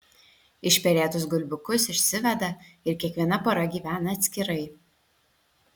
išperėtus gulbiukus išsiveda ir kiekviena pora gyvena atskirai